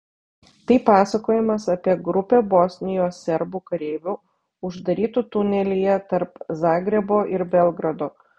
tai pasakojimas apie grupę bosnijos serbų kareivių uždarytų tunelyje tarp zagrebo ir belgrado